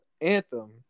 Anthem